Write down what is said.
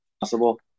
possible